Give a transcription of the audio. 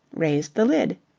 raised the lid.